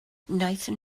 wnaethon